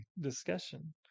discussion